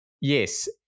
yes